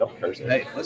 Hey